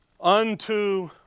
unto